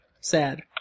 sad